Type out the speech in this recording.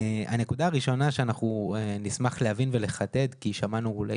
הנקודה הראשונה שנשמח להבין ולחדד כי שמענו אולי